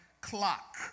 clock